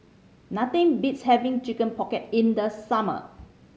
nothing beats having Chicken Pocket in the summer